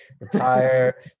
retire